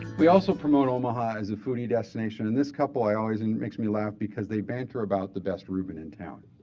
we also promote omaha as a foodie destination. and this couple always and makes me laugh because they banter about the best reuben in town.